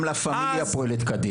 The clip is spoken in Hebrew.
גם לה-פמליה פועלת כדין,